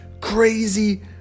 crazy